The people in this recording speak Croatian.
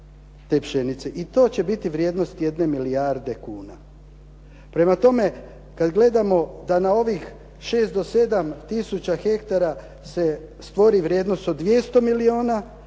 i to će biti vrijednost 1 milijarde kuna. Prema tome, kada gledamo da na ovih 6 do 7 tisuća hektara se stvori vrijednost od 200 milijuna